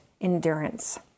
endurance